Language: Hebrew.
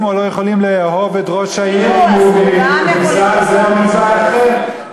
או יכולים לא לאהוב את ראש העיר כי הוא מזן זה או מזן אחר.